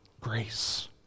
grace